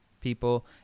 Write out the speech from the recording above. people